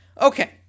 Okay